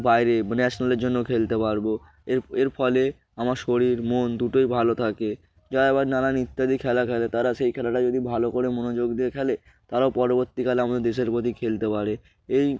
বাইরে ন্যাশনালের জন্য খেলতে পারব এর এর ফলে আমার শরীর মন দুটোই ভালো থাকে যারা আবার নানান ইত্যাদি খেলা খেলে তারা সেই খেলাটা যদি ভালো করে মনোযোগ দিয়ে খেলে তারাও পরবর্তীকালে আমাদের দেশের প্রতি খেলতে পারে এই